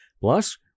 Plus